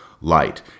light